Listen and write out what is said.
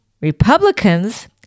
Republicans